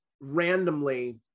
randomly